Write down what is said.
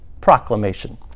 proclamation